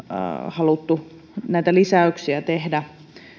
haluttu tehdä